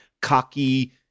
cocky